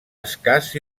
escàs